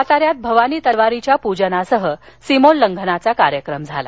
सातान्यात भवानी तलवारीच्या प्रजनासह सीमोल्लंघनाचा कार्यक्रम झाला